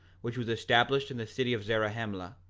which was established in the city of zarahemla,